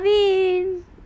and you got arvin